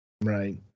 Right